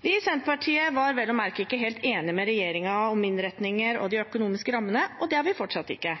Vi i Senterpartiet var vel å merke ikke helt enige med regjeringen om innretningene og de økonomiske rammene, og det er vi fortsatt ikke,